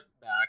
back